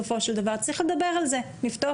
צריך לפתוח ולדבר על זה.